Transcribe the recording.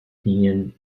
opinion